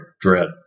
Dread